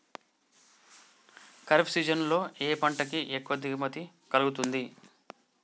Kharif season లో ఏ పంట కి ఎక్కువ దిగుమతి కలుగుతుంది?